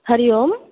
हरिः ओम्